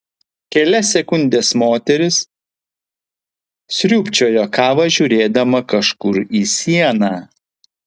kelias sekundes moteris sriūbčiojo kavą žiūrėdama kažkur į sieną